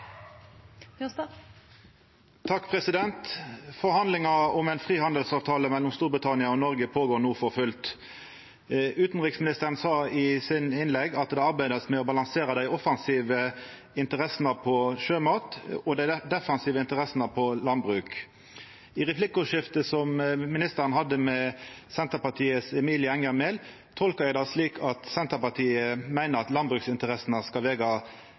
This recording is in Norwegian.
om ein frihandelsavtale mellom Storbritannia og Noreg pågår no for fullt. Utanriksministeren sa i sitt innlegg at ein arbeider med å balansera dei offensive interessene på sjømat og dei defensive interessene på landbruk. Replikkordskiftet som ministeren hadde med Senterpartiets Emilie Enger Mehl, tolkar eg slik at Senterpartiet meiner landbruksinteressene skal vega